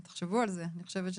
ותחשבו על זה, אני חושבת שצריך.